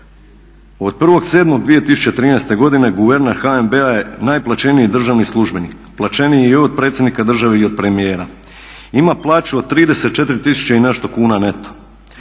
"Od 1.7.2013.godine guverner HNB-a je najplaćeniji državni službenik, plaćeniji i od predsjednika države i od premijera. Ima plaću od 34 tisuća i nešto kuna neto.